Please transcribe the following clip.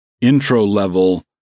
intro-level